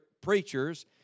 preachers